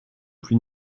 plus